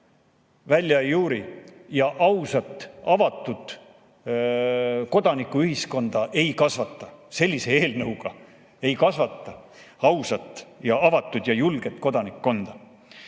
välja ei juuri ega ausat ja avatud kodanikuühiskonda ei kasvata. Sellise eelnõuga ei kasvata ausat, avatud ja julget kodanikkonda.